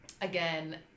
Again